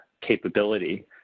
capability